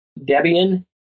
Debian